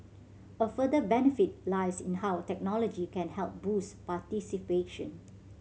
a further benefit lies in how technology can help boost participation